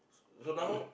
so now